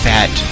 Fat